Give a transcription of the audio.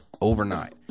overnight